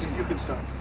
you can stop.